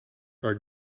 are